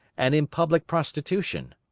and in public prostitution.